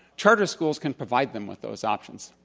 charter schools can provide them with those options.